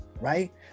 right